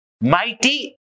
Mighty